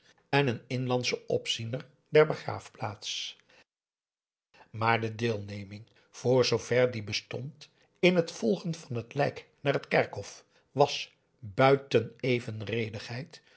en een inlandschen opziener der begraafplaats maar de deelneming voor zoover die bestond in het volgen van het lijk naar het kerkhof was